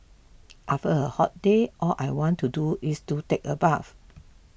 after a hot day all I want to do is to take a bath